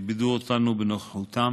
שכיבדו אותנו בנוכחותם.